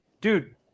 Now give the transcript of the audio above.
dude